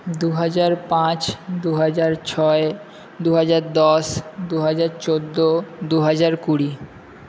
দু হাজার পাঁচ দু হাজার ছয় দু হাজার দশ দু হাজার চোদ্দো দু হাজার কুড়ি